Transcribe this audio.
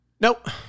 Nope